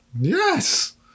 yes